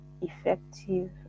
effective